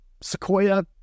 Sequoia